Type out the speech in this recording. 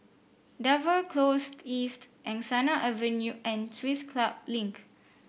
Dover Close East Angsana Avenue and Swiss Club Link